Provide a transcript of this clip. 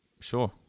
Sure